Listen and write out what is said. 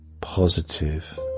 Positive